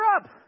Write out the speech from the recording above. up